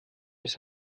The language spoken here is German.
ist